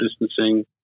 distancing